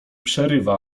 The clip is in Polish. przerywa